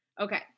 Okay